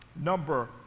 number